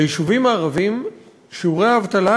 ביישובים הערביים שיעורי האבטלה,